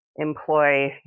Employ